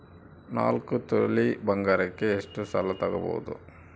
ನಾಲ್ಕು ತೊಲಿ ಬಂಗಾರಕ್ಕೆ ಎಷ್ಟು ಸಾಲ ತಗಬೋದು?